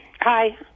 Hi